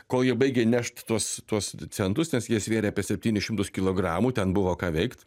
kol jie baigė nešt tuos tuos centus nes jie svėrė apie septynis šimtus kilogramų ten buvo ką veikt